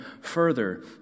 further